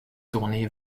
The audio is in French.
tournée